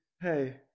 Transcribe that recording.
Hey